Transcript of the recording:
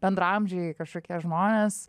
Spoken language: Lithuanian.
bendraamžiai kažkokie žmonės